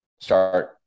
start